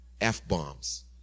F-bombs